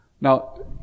Now